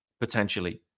potentially